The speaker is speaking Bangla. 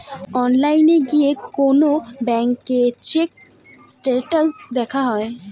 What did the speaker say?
অনলাইনে গিয়ে কোন ব্যাঙ্কের চেক স্টেটাস দেখা যায়